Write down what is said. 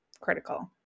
critical